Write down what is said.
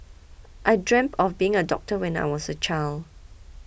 I dreamt of being a doctor when I was a child